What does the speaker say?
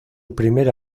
primera